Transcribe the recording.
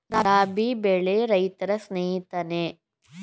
ರಾಬಿ ಬೆಳೆ ರೈತರ ಸ್ನೇಹಿತನೇ?